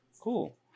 Cool